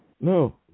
No